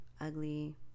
ugly